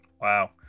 Wow